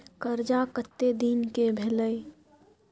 कर्जा कत्ते दिन के भेलै?